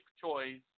choice